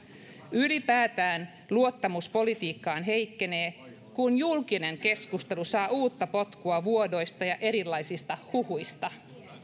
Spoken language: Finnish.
ylipäätään luottamus politiikkaan heikkenee kun julkinen keskustelu saa uutta potkua vuodoista ja erilaisista huhuista